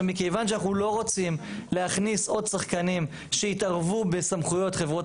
מכיוון שאנחנו לא רוצים להכניס עוד שחקנים שיתערבו בסמכויות חברות